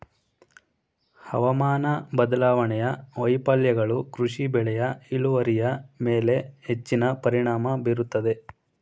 ಹವಾಮಾನ ಬದಲಾವಣೆಯ ವೈಫಲ್ಯಗಳು ಕೃಷಿ ಬೆಳೆಯ ಇಳುವರಿಯ ಮೇಲೆ ಹೆಚ್ಚಿನ ಪರಿಣಾಮ ಬೀರುತ್ತದೆ